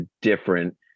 different